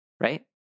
right